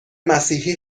مسیحی